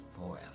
Forever